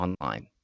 online